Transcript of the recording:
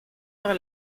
par